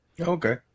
Okay